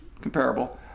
comparable